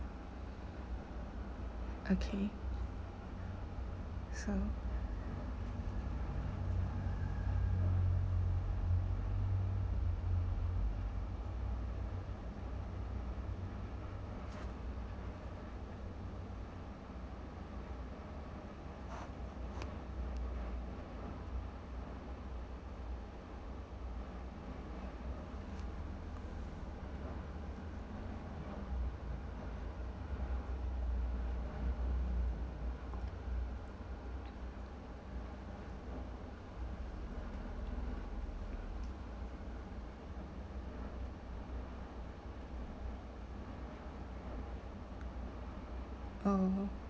okay so oh